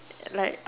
like